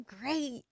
great